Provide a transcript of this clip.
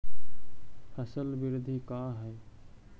फसल वृद्धि का है?